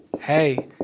hey